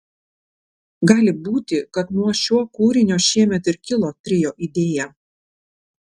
gali būti kad nuo šio kūrinio šiemet ir kilo trio idėja